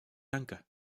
danke